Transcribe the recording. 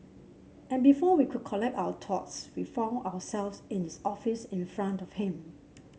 and before we could collect our thoughts we found ourselves in his office in front of him